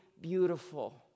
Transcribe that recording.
beautiful